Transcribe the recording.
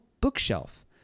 bookshelf